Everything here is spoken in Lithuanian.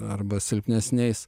arba silpnesniais